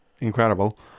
incredible